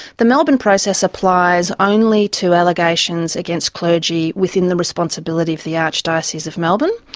the melbourne process applies only to allegations against clergy within the responsibility of the archdiocese of melbourne,